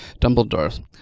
Dumbledore